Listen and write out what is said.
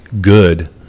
good